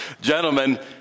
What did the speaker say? Gentlemen